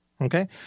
Okay